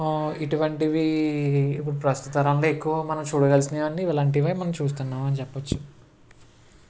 ఇటువంటివీ ఇప్పుడు ప్రస్తుత తరంలో మనం ఎక్కువ చూడవలసినవి వన్నీ ఇలాంటివే మనం చూస్తున్నాం అని చెప్పచ్చు